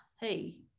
hey